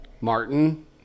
Martin